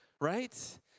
right